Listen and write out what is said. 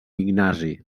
ignasi